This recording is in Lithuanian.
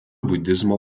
budizmo